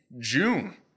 June